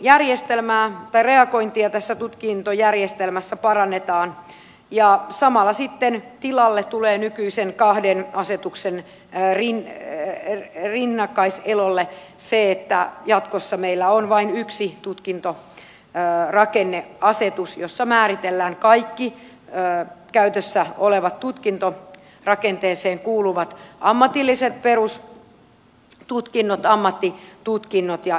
eli reagointia tässä tutkintojärjestelmässä parannetaan ja samalla sitten tulee nykyisen kahden asetuksen rinnakkaiselon tilalle se että jatkossa meillä on vain yksi tutkintorakenneasetus jossa määritellään kaikki käytössä olevat tutkintorakenteeseen kuuluvat ammatilliset perustutkinnot ammattitutkinnot ja erikoisammattitutkinnot